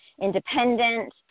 independent